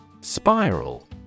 Spiral